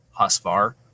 Husvar